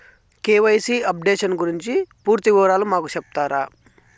KYC updation గురించి పూర్తి వివరాలు మాకు సెప్తారా?